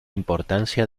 importancia